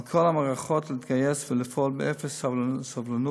על כל המערכות להתגייס ולפעול באפס סובלנות